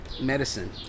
medicine